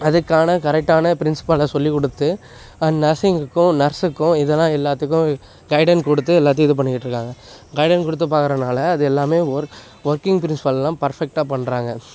அதற்கான கரெக்டான ப்ரின்சிபாலை சொல்லிக் கொடுத்து நர்ஸிங்குக்கும் நர்ஸுக்கும் இதெல்லாம் எல்லாத்துக்கும் கைடன் கொடுத்து எல்லாத்தையும் இது பண்ணிகிட்டு இருக்காங்க கைடன் கொடுத்து பார்க்கறனால அது எல்லாமே ஒர் ஒர்க்கிங் ப்ரின்சிபால்லாம் பர்ஃபெக்ட்டாக பண்ணுறாங்க